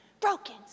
broken